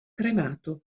cremato